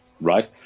right